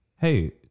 hey